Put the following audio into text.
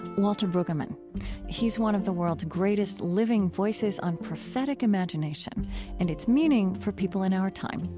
walter brueggemann he's one of the world's greatest living voices on prophetic imagination and its meaning for people in our time.